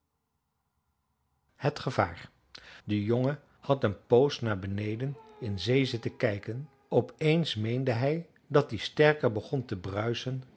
het gevaar de jongen had een poos naar beneden in zee zitten kijken op eens meende hij dat die sterker begon te bruisen